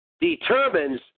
determines